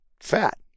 fat